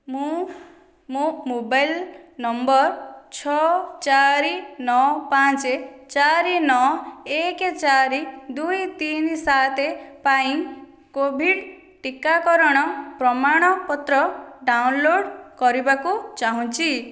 ମୁଁ ମୋ mobile number ଛଅ ଚାରି ନଅ ପାଞ୍ଚ ଚାରି ନଅ ଏକ ଚାରି ଦୁଇ ତିନି ସାତ ପାଇଁ କୋଭିଡ଼୍ ଟୀକାକରଣ ପ୍ରମାଣପତ୍ର ଡାଉନ୍ଲୋଡ଼୍ କରିବାକୁ ଚାହୁଁଛି